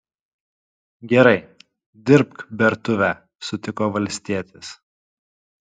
gerai dirbk bertuvę sutiko valstietis